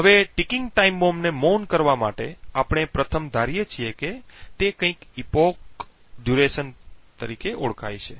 હવે ticking time બોમ્બને મૌન કરવા માટે આપણે પ્રથમ ધારીએ છીએ તે કંઈક epoch duration તરીકે ઓળખાય છે